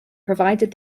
provided